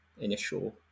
initial